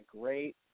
great